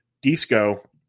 Disco